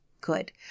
good